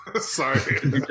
sorry